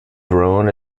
grown